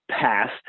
Past